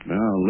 Now